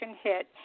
hit